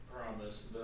promise